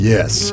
Yes